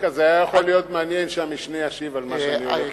דווקא זה היה יכול להיות מעניין שהמשנה ישיב על מה שאני הולך להגיד.